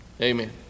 amen